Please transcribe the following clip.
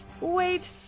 wait